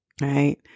Right